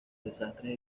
desastres